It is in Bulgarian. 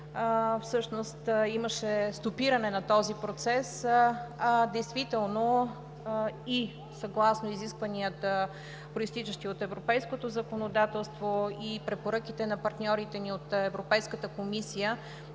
всъщност имаше стопиране на този процес. Действително, и съгласно изискванията, произтичащи от европейското законодателство, и препоръките на партньорите ни от Европейската комисия